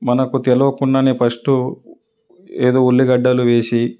మనకు తెలియకుండానే ఫస్టు ఏదో ఉల్లిగడ్డలు వేసి